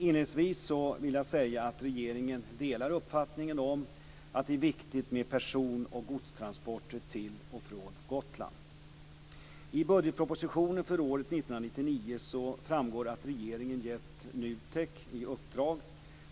Inledningsvis vill jag säga att regeringen delar uppfattningen att det är viktigt med person och godstransporter till och från Gotland.